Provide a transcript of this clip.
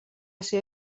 ser